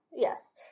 Yes